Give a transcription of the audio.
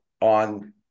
on